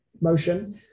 motion